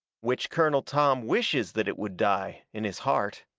which colonel tom wishes that it would die, in his heart.